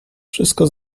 wszystko